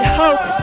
hope